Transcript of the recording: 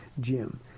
Jim